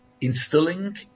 instilling